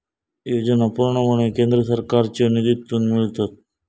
योजना पूर्णपणे केंद्र सरकारच्यो निधीतून मिळतत